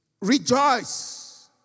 Rejoice